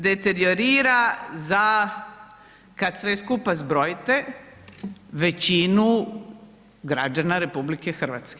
Deteriorira za, kad sve skupa zbrojite, većinu građana RH.